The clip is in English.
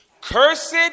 Cursed